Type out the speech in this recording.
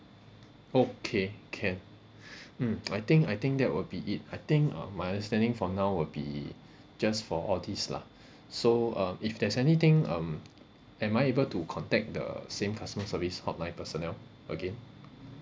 okay can mm I think I think that will be it I think uh my understanding from now will be just for all these lah so um if there's anything um am I able to contact the same customer service hotline personnel again